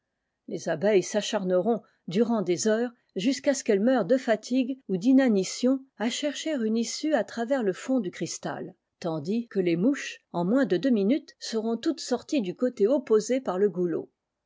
les abeilles s'acharneront durant des heures jusqu'à ce qu'elles meurent de fatigue ou d'inamtion à chercher une issue à travers le fond i cristal tandis que les mouches en moins i deux minutes seront toutes sorties du côté i k sé par le goulot